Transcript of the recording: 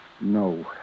No